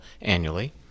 annually